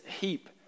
heap